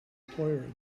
employer